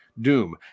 Doom